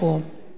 את הפיילוט,